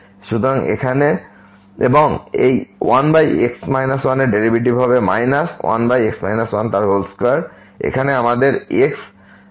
সুতরাং এবং এই 1x 1 এর ডেরিভেটিভ হয়ে যাবে 1x 12 এখানে আমাদের 1x আছে